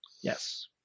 Yes